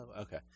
okay